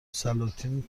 سلاطین